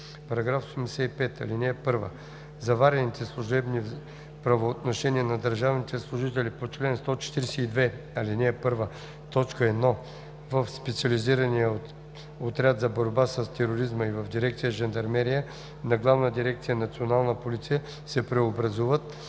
става § 85: „§ 85. (1) Заварените служебни правоотношения на държавните служители по чл. 142, ал. 1, т. 1 в Специализирания отряд за борба с тероризма и в дирекция „Жандармерия“ на Главна дирекция „Национална полиция“ се преобразуват